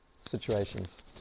situations